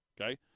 okay